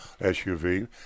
SUV